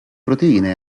proteine